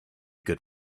good